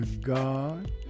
God